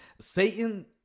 Satan